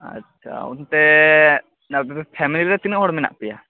ᱟᱪᱷᱟ ᱚᱱᱛᱮ ᱟᱯᱮ ᱯᱷᱮᱢᱮᱞᱤ ᱨᱮ ᱛᱤᱱᱟᱹᱜ ᱦᱚᱲ ᱢᱮᱱᱟᱜ ᱯᱮᱭᱟ